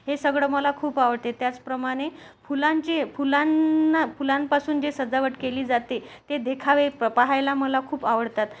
हे सगळं मला खूप आवडते त्याचप्रमाणे फुलांचे फुलांना फुलांपासून जे सजावट केली जाते ते देखावे प पहायला मला खूप आवडतात